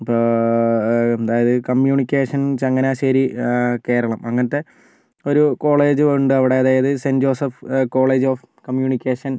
അപ്പോൾ അതായത് കമ്മ്യൂണിക്കേഷൻ ചങ്ങനാശ്ശേരി കേരളം അങ്ങനത്തെ ഒരു കോളേജ് ഉണ്ടവിടെ അതായത് saint Joseph college of communication